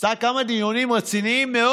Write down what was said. עשתה כמה דיונים רציניים מאוד,